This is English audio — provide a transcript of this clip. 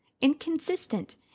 inconsistent